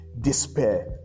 Despair